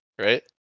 right